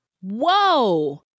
Whoa